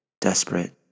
Desperate